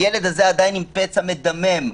הילד הזה עדיין עם פצע מדמם,